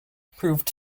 proved